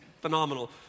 phenomenal